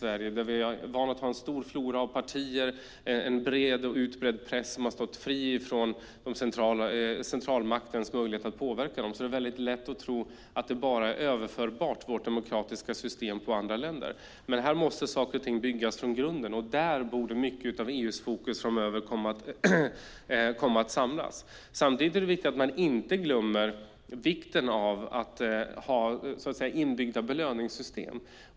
Vi är vana att ha en stor flora av partier och en bred och utbredd press som har stått fri från centralmaktens påverkan. Det är lätt att tro att vårt demokratiska system utan vidare är överförbart på andra länder. Här måste saker och ting byggas från grunden. Där borde mycket av EU:s fokus samlas framöver. Samtidigt är det viktigt att man inte glömmer vikten av inbyggda belöningssystem.